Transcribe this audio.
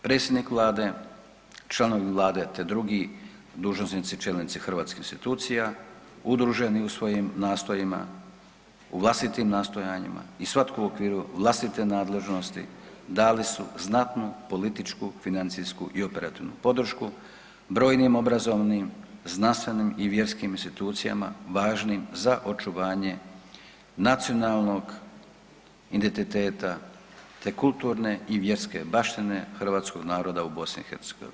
Predsjednik vlade, članovi vlade, te drugi dužnosnici i čelnici hrvatskih institucija udruženi u svojim nastojima, u vlastitim nastojanjima i svatko u okviru vlastite nadležnosti dali su znatnu političku, financijsku i operativnu podršku brojnim obrazovnim, znanstvenim i vjerskim institucijama važnim za očuvanje nacionalnog identiteta, te kulturne i vjerske baštine hrvatskog naroda u BiH.